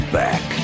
back